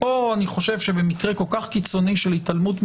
פה אני חושב שבמקרה כל כך קיצוני של התעלמות,